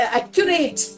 accurate